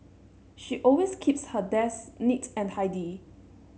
she always keeps her desk neat and tidy